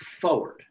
forward